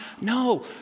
no